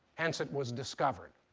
hence, it was discovered.